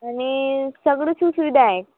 आणि सगळं सु सुविधा आहे